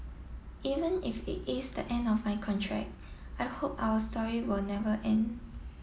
even if it is the end of my contract I hope our story will never end